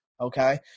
Okay